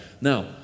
Now